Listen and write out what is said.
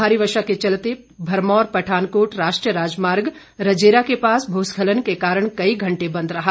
भारी वर्षा के चलते भरमौर पठानकोट राष्ट्रीय राजमार्ग रजेरा के पास भूस्खलन के कारण कई घंटे बंद रहा